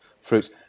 fruits